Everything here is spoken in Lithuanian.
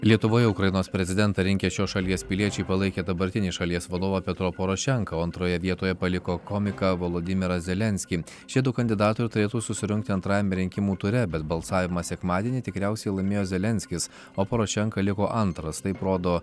lietuvoje ukrainos prezidentą rinkę šios šalies piliečiai palaikė dabartinį šalies vadovą petro porošenką o antroje vietoje paliko komiką vladimirą zelenskį šie du kandidatai jau turėtų susirungti antrajame rinkimų ture bet balsavimą sekmadienį tikriausiai laimėjo zelenskis o porošenka liko antras taip rodo